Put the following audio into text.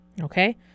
Okay